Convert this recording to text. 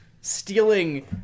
stealing